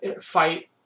fight